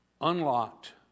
unlocked